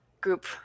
group